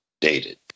dated